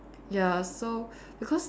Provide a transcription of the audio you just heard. ya so because